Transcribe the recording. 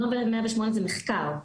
נוהל 108 זה מחקר.